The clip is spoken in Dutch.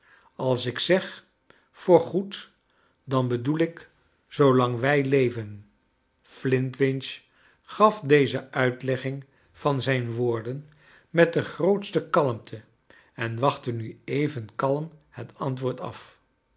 als ik zeg voor goed dan bedoel ik zoolang wij leven flintwinch gaf deze uitlegging van zijn woorden met de grootste kalmte en wachtte nu even kalm het antwoord af